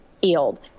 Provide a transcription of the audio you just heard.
field